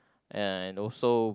and also